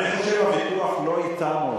אני חושב שהוויכוח לא אתנו.